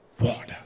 water